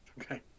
Okay